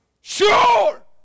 Sure